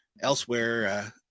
Elsewhere